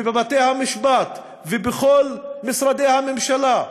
ובבתי-המשפט ובכל משרדי הממשלה.